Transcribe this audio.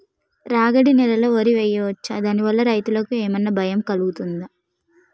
రాగడి నేలలో వరి వేయచ్చా దాని వల్ల రైతులకు ఏమన్నా భయం కలుగుతదా?